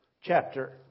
chapter